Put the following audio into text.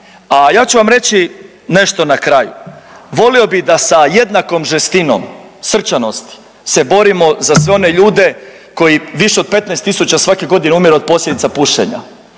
A ja ću vam reći nešto na kraju. Volio bi da sa jednakom žestinom, srčanosti se borimo za sve one ljude koji više od 15 tisuća svake godine umire od posljedica pušenja,